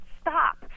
stop